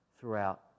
throughout